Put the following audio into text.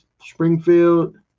Springfield